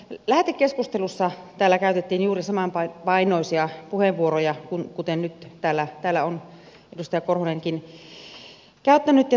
lähetekeskustelussa täällä käytettiin juuri samanpainoisia puheenvuoroja kuin nyt täällä on edustaja korhonenkin käyttänyt